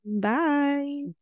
bye